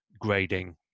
grading